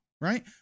right